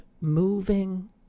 moving